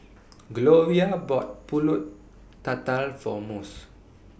Gloria bought Pulut Tatal For Mose